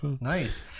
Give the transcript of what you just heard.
Nice